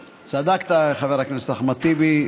צדקת, חבר הכנסת אחמד טיבי,